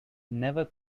never